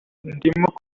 kwitegura